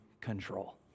control